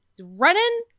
running